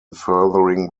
furthering